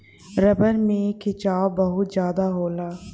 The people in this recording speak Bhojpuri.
रबर में खिंचाव बहुत जादा होला